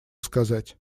сказать